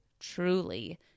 truly